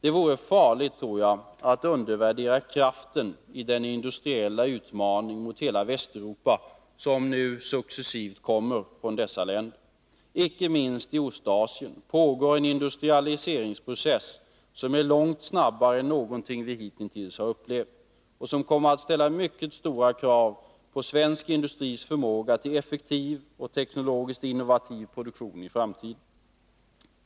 Det vore farligt, tror jag, att undervärdera kraften i den industriella utmaning mot hela Västeuropa som nu successivt kommer från dessa länder. Icke minst i Ostasien pågår en industrialiseringsprocess som är långt snabbare än någonting vi hitintills har upplevt och som kommer att ställa mycket stora krav på svensk industris förmåga till effektiv och teknologiskt innovativ produktion i framtiden.